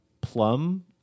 plum